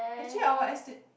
actually I will esti~